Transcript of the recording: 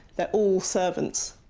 they're all servants.